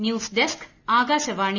news desk Akashvani